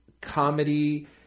comedy